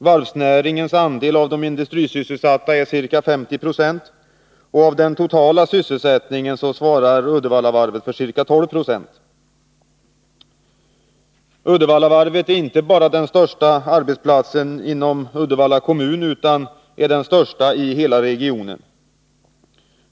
Varvsnäringens andel av de industrisysselsatta är ca 50 96, och av den totala sysselsättningen svarar Uddevallavarvet för ca 12 70. Uddevallavarvet är inte bara den största arbetsplatsen inom Uddevalla kommun, utan den största i hela regionen.